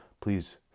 please